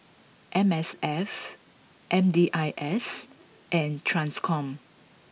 M S F M D I S and Transcom